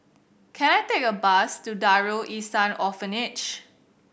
can I take a bus to Darul Ihsan Orphanage